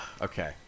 okay